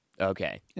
Okay